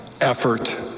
effort